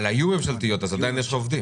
אבל היו ממשלתיות, אז עדיין יש עובדים.